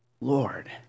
Lord